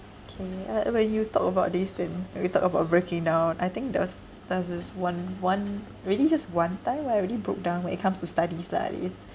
K uh uh when you talk about this when we talk about breaking down I think there was there was this one one really just one time where I really broke down when it comes to studies lah at least